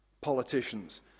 politicians